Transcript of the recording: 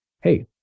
Hey